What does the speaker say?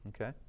Okay